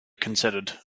considered